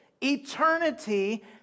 Eternity